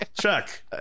Check